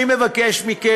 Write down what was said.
אני מבקש מכם,